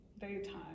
daytime